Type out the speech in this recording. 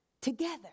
together